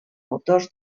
autors